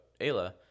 Ayla